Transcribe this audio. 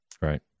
Right